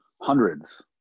hundreds